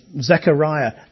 Zechariah